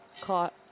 caught